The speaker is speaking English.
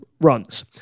runs